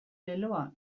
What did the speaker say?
leloa